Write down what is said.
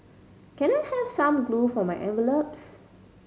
can I have some glue for my envelopes